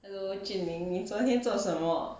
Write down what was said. hello jin ming 你昨天做什么